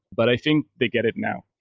but i think they get it now.